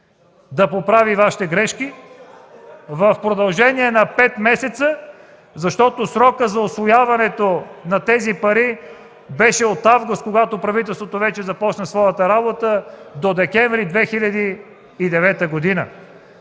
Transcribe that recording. да поправи Вашите грешки в продължение на пет месеца, защото срокът за усвояването на тези пари беше от август, когато правителството вече започна своята работа, до декември 2009 г.